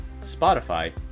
Spotify